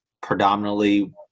predominantly